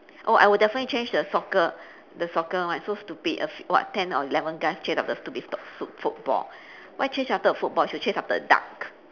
oh I would definitely change the soccer the soccer one so stupid a few what ten or eleven guys chase after a stupid football why chase after a football should chase after a duck